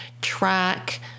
track